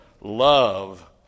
love